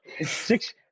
Six